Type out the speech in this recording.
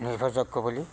নিৰ্ভৰযোগ্য বুলি